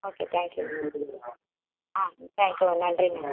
okay thank you ma'am ah thank you நன்றி madam